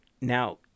Now